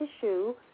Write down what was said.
tissue